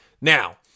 Now